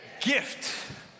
Gift